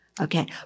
Okay